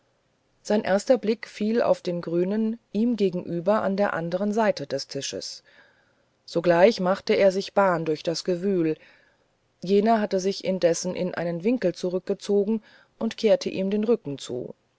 sein erster blick fiel auf den grünen ihm gegenüber an der andern seite des tisches sogleich machte er sich bahn durch das gewühl jener hatte sich indes in einen winkel zurückgezogen und kehrte ihm den rücken zu